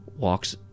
walks